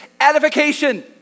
edification